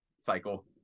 cycle